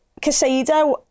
Casado